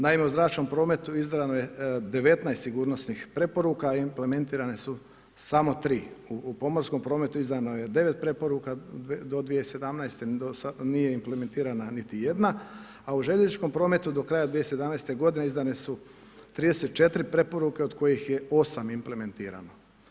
Naime u zračnom prometu izdano je 19 sigurnosnih preporuka, implementirane su samo 3, u pomorskom prometu izdano je 9 preporuka, do 2017. do sad nije implementirana niti jedna, a u željezničkom prometu do kraja 2017. g. izdane su 34 preporuke od kojih je 8 implementirano.